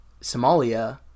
Somalia